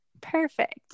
Perfect